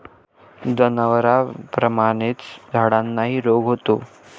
जनावरांप्रमाणेच झाडांनाही रोग होतो